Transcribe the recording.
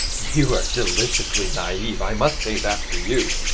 you are deliciously naive, i must say that for you!